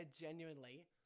genuinely